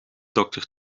dokter